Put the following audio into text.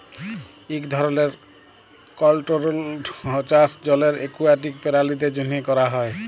ইক ধরলের কলটোরোলড চাষ জলের একুয়াটিক পেরালিদের জ্যনহে ক্যরা হ্যয়